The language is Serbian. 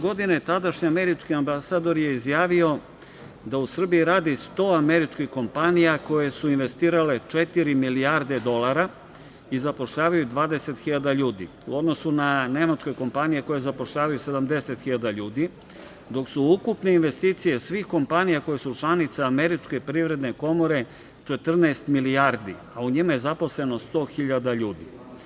Godine 2018. tadašnji američki ambasador je izjavio da u Srbiji radi 100 američkih kompanija koje su investirale četiri milijarde dolara i zapošljavaju 20.000 ljudi, u odnosu na nemačke kompanije koje zapošljavaju 70.000 ljudi, dok su ukupne investicije svih kompanija koje su članice Američke privredne komore 14 milijardi, a u njima je zaposlenost 100.000 ljudi.